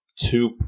two